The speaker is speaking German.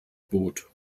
bot